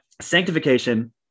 sanctification